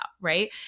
right